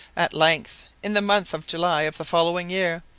at length, in the month of july of the following year,